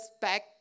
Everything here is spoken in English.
back